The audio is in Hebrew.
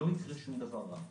לא יקרה שום דבר רע.